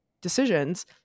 decisions